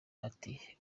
ati